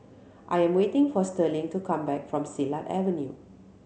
I am waiting for Sterling to come back from Silat Avenue